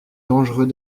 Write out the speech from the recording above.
dangereux